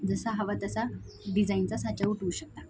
जसा हवा तसा डिझाईनचा साचा उठवू शकता